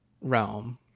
realm